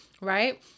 Right